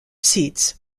seats